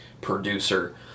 producer